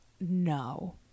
no